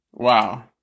Wow